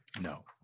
No